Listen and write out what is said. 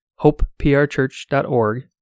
hopeprchurch.org